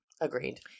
agreed